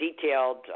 detailed